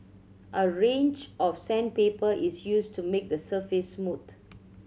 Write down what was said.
a range of sandpaper is used to make the surface smooth